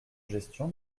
gestion